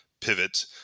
pivot